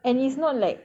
and it's not like